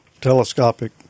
telescopic